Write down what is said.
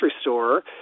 store